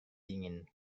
dingin